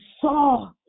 saw